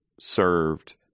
served